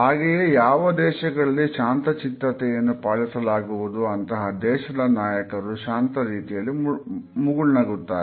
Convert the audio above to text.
ಹಾಗೆಯೇ ಯಾವ ದೇಶಗಳಲ್ಲಿ ಶಾಂತಚಿತ್ತತೆಯನ್ನು ಪಾಲಿಸಲಾಗುವುದು ಅಂತಹ ದೇಶದ ನಾಯಕರು ಶಾಂತ ರೀತಿಯಲ್ಲಿ ಮುಗುಳ್ನಗುತ್ತಾರೆ